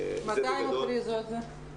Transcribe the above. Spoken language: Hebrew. מתי הם הכריזו על זה?